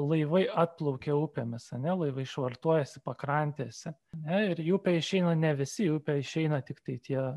laivai atplaukė upėmis ar ne laivai švartuojasi pakrantėse ar ne ir į upę išeina ne visi į upę išeina tiktai tie